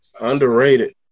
Underrated